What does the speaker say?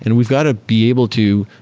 and we've got to be able to,